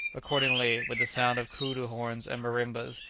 accordingly, with the sound of coodoo horns and marimbas,